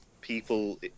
people